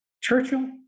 Churchill